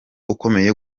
ukomeye